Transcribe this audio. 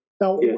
Now